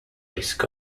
risk